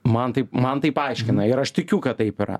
man taip man taip aiškina ir aš tikiu kad taip yra